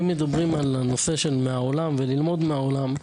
אם מדברים על הנושא של מהעולם וללמוד מהעולם,